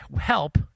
help